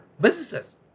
businesses